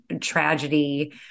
tragedy